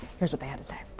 here's what they had to say.